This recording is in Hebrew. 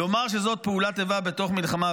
לומר שזאת פעולת איבה בתוך מלחמה.